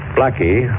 Blackie